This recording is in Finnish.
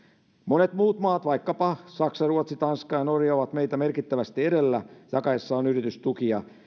monet muut maat vaikkapa saksa ruotsi tanska ja norja ovat meitä merkittävästi edellä jakaessaan yritystukia on